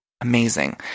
Amazing